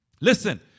Listen